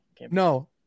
No